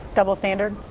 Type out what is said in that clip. double standard?